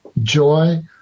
joy